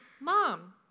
Mom